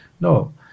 No